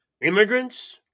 Immigrants